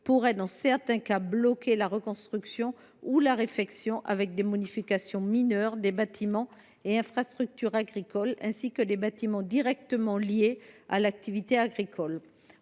pourrait, dans certains cas, bloquer la reconstruction ou la réfection avec des modifications mineures des bâtiments et infrastructures agricoles, ainsi que des bâtiments directement liés à l’activité agricole.